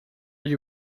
you